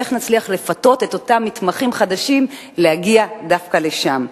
איך נצליח לפתות את אותם מתמחים חדשים להגיע דווקא לשם?